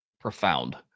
profound